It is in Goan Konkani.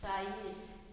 साईश